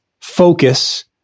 focus